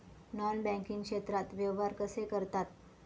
Non banking क्षेत्रात व्यवहार कसे करतात?